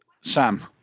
Sam